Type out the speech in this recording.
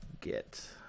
get